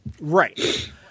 Right